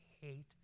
hate